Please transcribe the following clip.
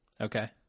Okay